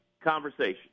conversation